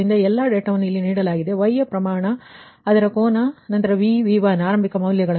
ಆದ್ದರಿಂದ ಎಲ್ಲಾ ಡೇಟಾವನ್ನು ಇಲ್ಲಿ ನೀಡಲಾಗಿದೆ Y ನ ಪ್ರಮಾಣ ಅದರ ಕೋನ ನಂತರ V V1 ಆರಂಭಿಕ ಮೌಲ್ಯಗಳನ್ನು ನೀವು 1